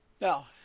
Now